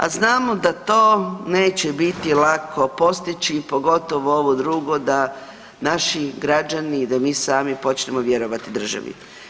A znamo da to neće biti lako postići, pogotovo ovo drugo da naši građani i da mi sami počnemo vjerovati državi.